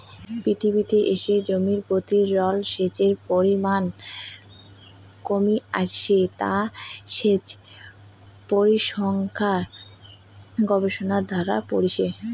পৃথিবীরে ক্রমে জমিনপ্রতি জলসেচের পরিমান কমি আইসেঠে তা সেচ পরিসংখ্যান গবেষণারে ধরা পড়িচে